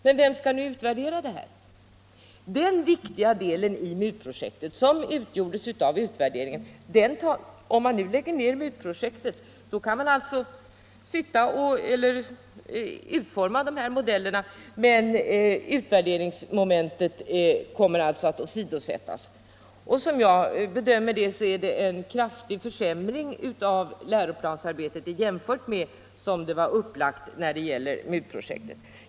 Men vem skall utvärdera detta? En viktig del i MUT-projektet utgjordes av utvärdering, och om man nu lägger ned projektet kan man alltså sitta och utforma modellerna medan utvärderingsmomentet kommer att åsidosättas. Såsom jag bedömer det är detta en kraftig försämring av läroplansarbetet jämfört med uppläggningen i MUT-projektet.